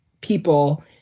people